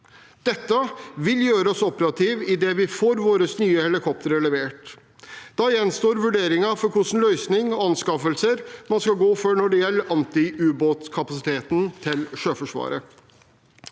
Dette vil gjøre oss operative idet vi får våre nye helikoptre levert. Da gjenstår vurderingen av hvilken løsning og anskaffelser man skal gå for når det gjelder antiubåtkapasiteten til Sjøforsvaret.